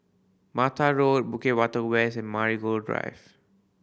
Mata Road Bukit Batok West and Marigold Drive